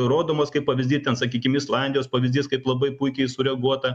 rodomas kaip pavyzdy ten sakykim islandijos pavyzdys kaip labai puikiai sureaguota